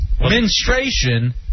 menstruation